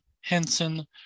Henson